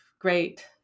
great